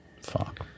Fuck